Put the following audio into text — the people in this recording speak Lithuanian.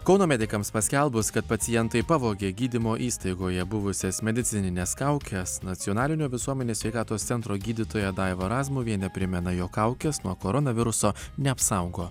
kauno medikams paskelbus kad pacientai pavogė gydymo įstaigoje buvusias medicinines kaukes nacionalinio visuomenės sveikatos centro gydytoja daiva razmuvienė primena jog kaukės nuo koronaviruso neapsaugo